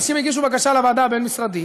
אנשים הגישו בקשה לוועדה הבין-משרדית,